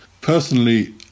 personally